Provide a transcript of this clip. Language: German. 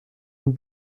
von